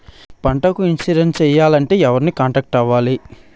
పంటకు ఇన్సురెన్స్ చేయాలంటే ఎవరిని కాంటాక్ట్ అవ్వాలి?